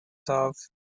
dove